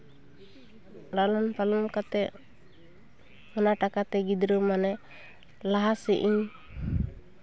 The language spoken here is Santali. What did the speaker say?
ᱞᱟᱞᱚᱱ ᱯᱟᱞᱚᱱ ᱠᱟᱛᱮᱜ ᱚᱱᱟ ᱴᱟᱠᱟᱛᱮ ᱜᱤᱫᱽᱨᱟᱹ ᱢᱟᱱᱮ ᱞᱟᱦᱟ ᱥᱮᱜ ᱤᱧ